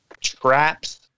traps